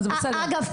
אגב,